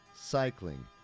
cycling